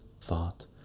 thought